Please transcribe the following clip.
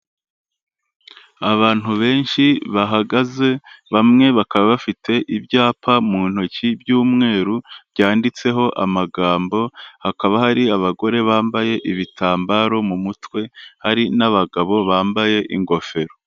Abantu benshi bahagaze, bamwe bakaba bafite ibyapa mu ntoki by'umweru byanditseho amagambo, hakaba hari abagore bambaye ibitambaro mu mutwe, hari n'abagabo bambaye ingofero.